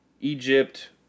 Egypt